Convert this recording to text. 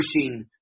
pushing